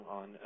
on